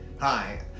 hi